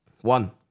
One